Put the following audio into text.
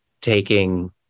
taking